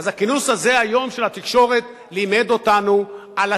אז הכינוס הזה היום של התקשורת לימד אותנו על התסיסה,